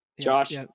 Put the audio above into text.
josh